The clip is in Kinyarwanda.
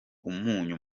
umunyu